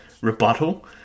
rebuttal